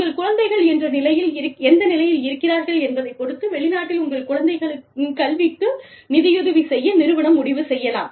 உங்கள் குழந்தைகள் எந்த நிலையில் இருக்கிறார்கள் என்பதைப் பொறுத்து வெளிநாட்டில் உங்கள் குழந்தைகளின் கல்விக்கு நிதியுதவி செய்ய நிறுவனம் முடிவு செய்யலாம்